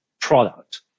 product